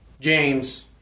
James